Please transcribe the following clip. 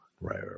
right